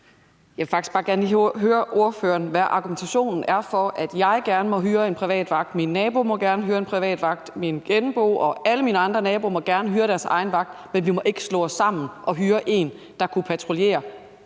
Jeg vil faktisk bare gerne lige høre ordføreren, hvad argumentationen er for, at jeg gerne må hyre en privat vagt, at min nabo gerne må hyre en privat vagt, og at min genbo og alle mine andre naboer gerne må hyre deres egen vagt, men at vi ikke må slå os sammen og hyre en vagt, der kunne patruljere